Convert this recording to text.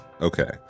Okay